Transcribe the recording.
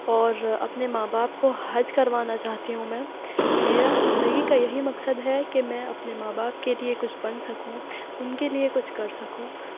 اور اپنے ماں باپ کو حج کروانا چاہتی ہوں میں میرا زندگی کا یہی مقصد ہے کہ میں اپنے ماں باپ کے لیے کچھ بن سکوں ان کے لیے کچھ کر سکوں